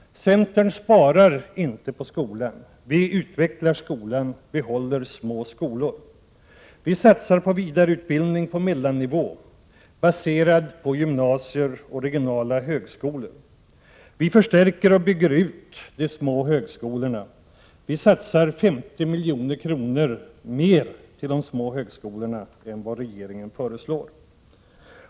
Centern sparar inte på skolan. Vi utvecklar skolan och behåller små skolor. Vi satsar på vidareutbildning på mellannivå — baserad på gymnasier och regionala högskolor. Vi förstärker och bygger ut de små högskolorna. Vi satsar 50 milj.kr. mer på de små högskolorna än vad regeringen föreslår.